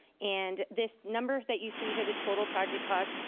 and this number that you see here, the total project cost,